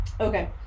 Okay